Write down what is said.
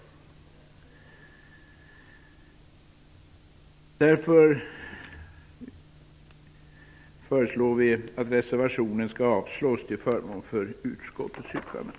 Därför föreslår vi att reservationen skall avslås till förmån för utskottets yttrande.